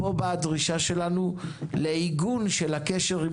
פה באה הדרישה שלנו לעיגון של הקשר עם